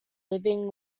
living